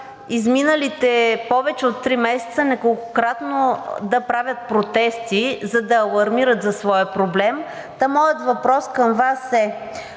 изминалите повече от три месеца неколкократно да правят протести, за да алармират за своя проблем. Моят въпрос към Вас е